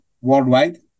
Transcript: worldwide